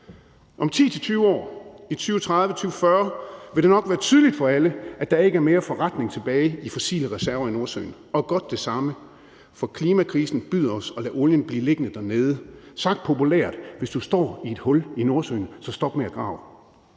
Om 10-20 år – i 2030, i 2040 – vil det nok være tydeligt for alle, at der ikke er mere forretning tilbage i fossile reserver i Nordsøen, og godt det samme, for klimakrisen byder os at lade olien blive liggende dernede. Sagt populært: Hvis du står i et hul i Nordsøen, så stop med at grave.